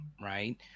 right